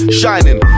shining